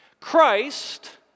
Christ